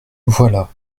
voilà